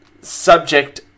subject